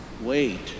Wait